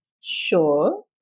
Sure